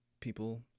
people